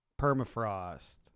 Permafrost